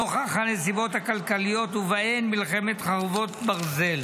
נוכח הנסיבות הכלכליות ובהן מלחמת חרבות ברזל.